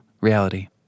reality